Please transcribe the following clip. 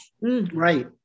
right